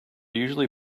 usually